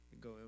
Go